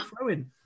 throwing